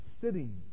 sitting